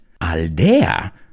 aldea